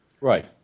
Right